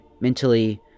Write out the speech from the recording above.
mentally